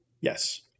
yes